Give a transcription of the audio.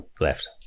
Left